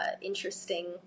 interesting